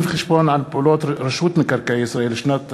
מאת חברי הכנסת תמר זנדברג,